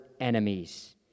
enemies